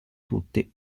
tutti